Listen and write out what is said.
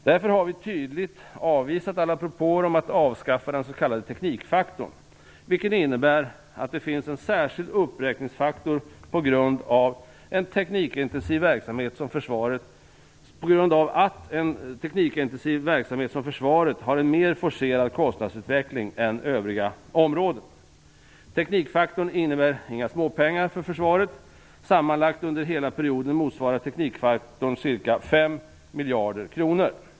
Därför har vi tydligt avvisat alla propåer om att avskaffa den s.k. teknikfaktorn, som innebär att det finns en särskild uppräkningsfaktor på grund av att en teknikintensiv verksamhet som Försvaret har en mer forcerad kostnadsutveckling än övriga områden. Teknikfaktorn innebär inga småpengar för Försvaret. Teknikfaktorn motsvarar för hela perioden en sammanlagd kostnad på ca 5 miljarder kronor.